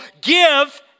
Give